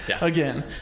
again